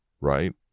right